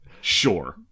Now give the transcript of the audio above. sure